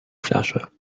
flasche